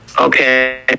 Okay